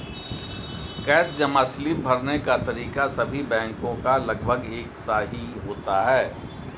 cash जमा slip भरने का तरीका सभी बैंक का लगभग एक सा ही होता है